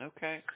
Okay